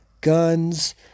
guns